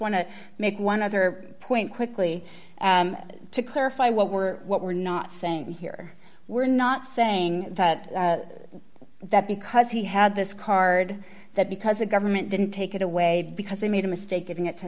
want to make one other point quickly to clarify what we're what we're not saying here we're not saying that that because he had this card that because the government didn't take it away because they made a mistake giving it to